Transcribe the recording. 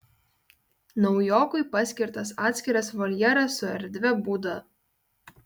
naujokui paskirtas atskiras voljeras su erdvia būda